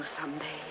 someday